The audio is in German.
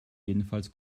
jedenfalls